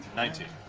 nineteen.